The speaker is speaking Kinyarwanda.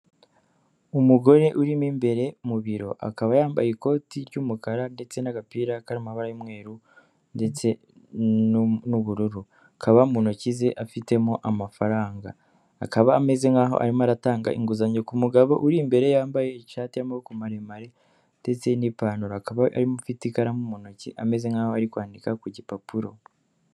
Umugore urimo imbere mu biro; akaba yambaye ikoti ry'umukara ndetse n'agapira kari mu mabara y'umweru ndetse n'ubururu; kaba mu ntoki ze afitemo amafaranga, akaba ameze nk'aho arimo aratanga inguzanyo ku mugabo uri imbere yambaye ishati y'amaboko maremare ndetse n'ipantaro, akaba afite ikaramu mu ntoki ameze nk'aho ari kwandika ku gipapuro.